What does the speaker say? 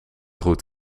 goed